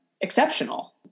exceptional